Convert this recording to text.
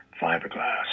fiberglass